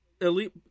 Elite